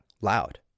loud